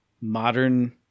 modern